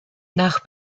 nach